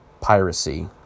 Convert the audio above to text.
piracy